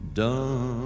done